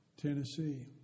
Tennessee